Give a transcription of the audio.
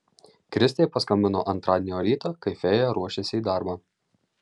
kristė paskambino antradienio rytą kai fėja ruošėsi į darbą